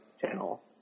channel